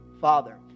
Father